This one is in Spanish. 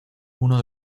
uno